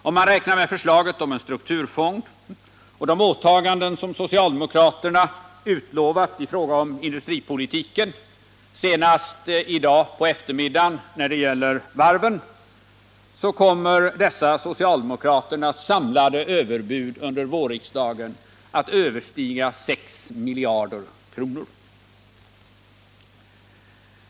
Om man räknar med förslaget om en strukturfond och de åtaganden som socialdemokraterna utlovat i fråga om industripolitiken, senast i dag på eftermiddagen när det gäller varven, kommer socialdemokraternas samlade överbud under vårriksdagen att överstiga 6 miljarder kronor.